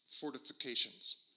fortifications